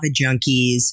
junkies